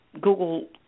Google